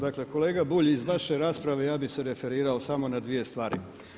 Dakle kolega Bulj, iz vaše rasprave ja bi se referirao samo na dvije stvari.